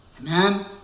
Amen